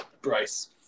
Bryce